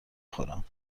خورم